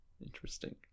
Interesting